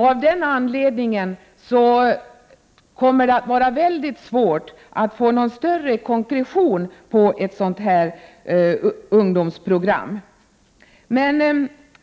Av den anledningen kommer det att vara mycket svårt att få någon större konkretion i ett sådant här ungdomsprogram.